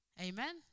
Amen